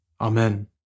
Amen